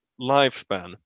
lifespan